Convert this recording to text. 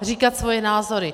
Říkat svoje názory.